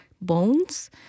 bones